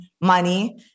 money